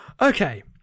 Okay